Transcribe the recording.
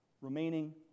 remaining